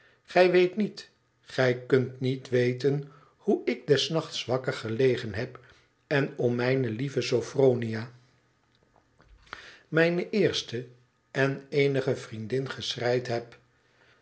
gij weet niet gij kunt niet weten hoe ik des nachts wakker gelegen heb en om mijne lieve sophronia mijne eerste en eenige vriendin geschreid heb